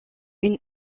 une